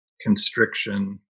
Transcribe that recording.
constriction